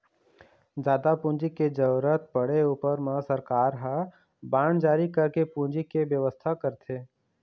जादा पूंजी के जरुरत पड़े ऊपर म सरकार ह बांड जारी करके पूंजी के बेवस्था करथे